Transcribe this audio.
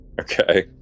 Okay